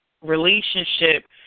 relationship